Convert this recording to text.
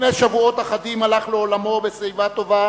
לפני שבועות אחדים הלך לעולמו בשיבה טובה